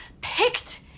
picked